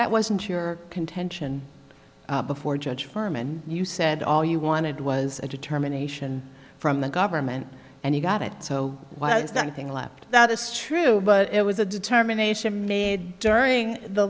that wasn't your contention before judge firm and you said all you wanted was a determination from the government and you got it so while it's one thing left that is true but it was a determination made during the